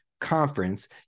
conference